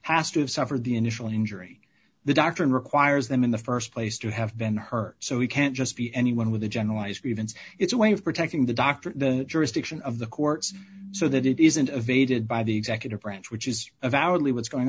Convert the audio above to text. has to have suffered the initial injury the doctor and requires them in the st place to have been hurt so we can't just be anyone with a generalized grievance it's a way of protecting the doctor the jurisdiction of the courts so that it isn't of a did by the executive branch which is avowedly what's going